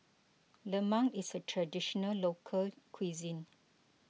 Lemang is a Traditional Local Cuisine